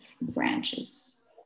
branches